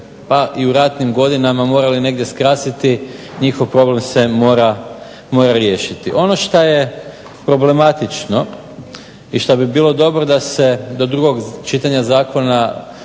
pa i u ratnim godinama morali negdje skrasiti njihov problem se mora riješiti. Ono što je problematično i što bi bilo dobro da se do drugog čitanja zakona